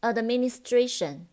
Administration